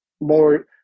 more